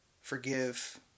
forgive